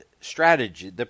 strategy